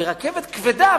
ורכבת כבדה,